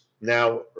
Now